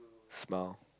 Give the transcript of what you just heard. smile